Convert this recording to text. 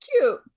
Cute